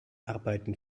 arbeiten